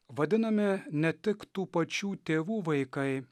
vadinami ne tik tų pačių tėvų vaikai